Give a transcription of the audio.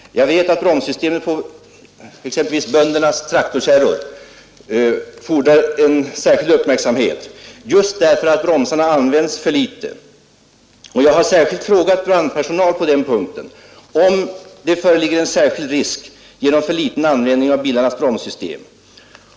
Jag vet att bromssystemet på exempelvis böndernas traktorkärror fordrar särskild uppmärksamhet just därför att bromsarna används för litet. Jag har särskilt frågat brandpersonal på den punkten, dvs. om det föreligger en särskild risk genom för liten användning av bilarnas bromssystem.